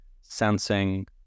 sensing